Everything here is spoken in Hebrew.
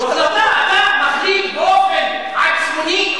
אתה מחליט באופן עצמוני,